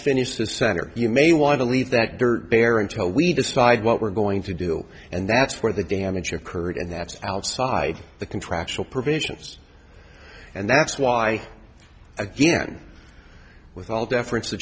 finish the center you may want to leave that dirt bare until we decide what we're going to do and that's where the damage occurred and that's outside the contractual provisions and that's why again with all deferen